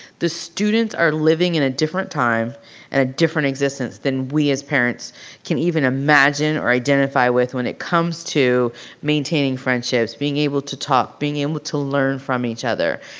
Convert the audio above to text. the students are living in a different time and a different existence than we as parents can even imagine or identify with when it comes to maintaining friendships, being able to talk, being able to learn from each other.